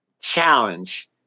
challenge